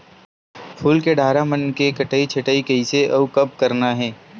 फूल के डारा मन के कटई छटई कइसे अउ कब करना हे?